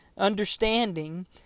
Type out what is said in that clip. understanding